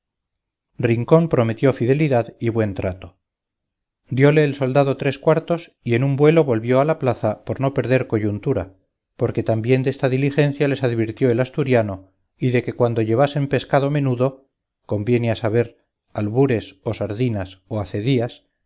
rincón prometió fidelidad y buen trato diole el soldado tres cuartos y en un vuelo volvió a la plaza por no perder coyuntura porque también desta diligencia les advirtió el asturiano y de que cuando llevasen pescado menudo conviene a saber albures o sardinas o acedías bien podían tomar algunas y hacerles la